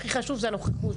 הכי חשוב זה הנוכחות,